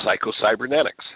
Psycho-Cybernetics